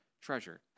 treasure